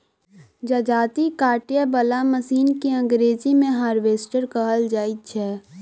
जजाती काटय बला मशीन के अंग्रेजी मे हार्वेस्टर कहल जाइत छै